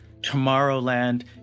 Tomorrowland